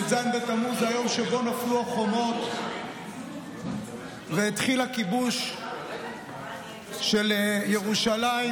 י"ז בתמוז זה היום שבו נפלו החומות והתחיל הכיבוש של ירושלים,